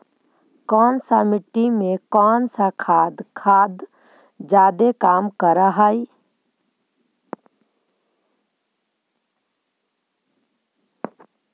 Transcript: कौन सा मिट्टी मे कौन सा खाद खाद जादे काम कर हाइय?